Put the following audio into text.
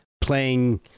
playing